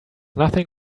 nothing